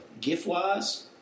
gift-wise